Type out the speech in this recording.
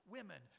Women